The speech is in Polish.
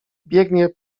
biegnie